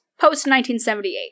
Post-1978